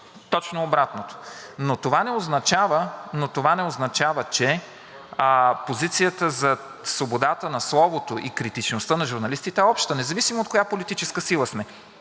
Точно обратното. Но това не означава, че позицията за свободата на словото и критичността на журналистите е обща, независимо от коя политическа сила сме.